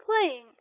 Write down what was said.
Playing